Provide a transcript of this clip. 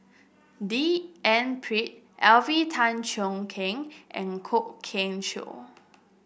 D N Pritt Alvin Tan Cheong Kheng and Kwok Kian Chow